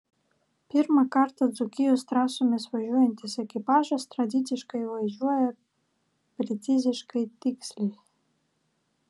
pirmą kartą dzūkijos trasomis važiuojantis ekipažas tradiciškai važiuoja preciziškai tiksliai